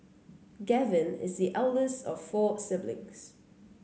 Gavin is the eldest of four siblings